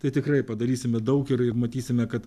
tai tikrai padarysime daug ir matysime kad